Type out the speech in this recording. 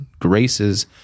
graces